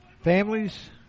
families